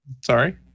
Sorry